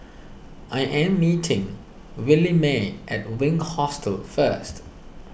I am meeting Williemae at Wink Hostel first